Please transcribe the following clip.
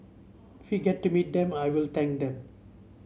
we get to meet them I will thank them